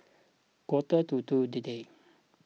quarter to two today